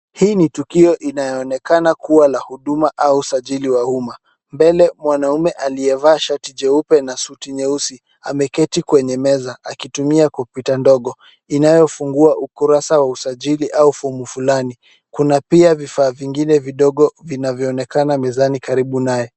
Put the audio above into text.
Hii ni tukio inayoonekana kuwa ya huduma au usajili wa uma. Mbele mwanaume aliyevaa shati jeupe na suti jeusi ameketi kwenye meza akitumia kompyuta ndogo, inayofungua ukurasa wa usajili au fomu fulani. Kuna pia vifaa vingine vidogo vinavyoonekana mezani karibu naye.